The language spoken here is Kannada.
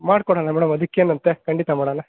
ಮಾಡ್ಕೊಡೋಣ ಮೇಡಮ್ ಅದಕ್ಕೇನಂತೆ ಖಂಡಿತ ಮಾಡಣ